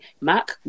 Mac